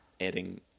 adding